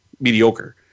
mediocre